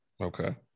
Okay